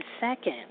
second